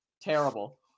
terrible